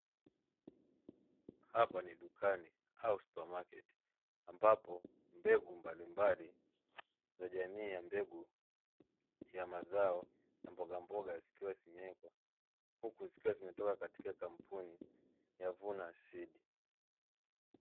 Hapa ni dukani au supamaketi ambapo mbegu mbalimbali za jamii ya mbegu ya mazao zimewekwa huku zikiwa zimetoka katika kampuni ya vuna sidi.